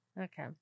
Okay